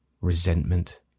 resentment